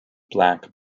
black